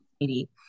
community